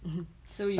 so you